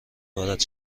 وارد